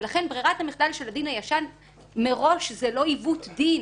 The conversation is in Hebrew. ולכן ברירת המחדל של הדין הישן מראש זה לא עיוות דין.